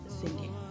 singing